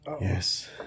Yes